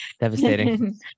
Devastating